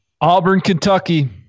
Auburn-Kentucky